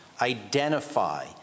identify